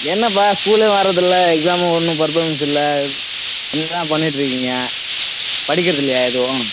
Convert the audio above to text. என்னப்பா ஸ்கூலிலே வர்றது இல்லை எக்ஸாமும் ஒன்றும் பர்ஃபார்மன்ஸ் இல்லை என்ன தான் பண்ணிகிட்டு இருக்கீங்க படிக்கிறது இல்லையா எதுவும்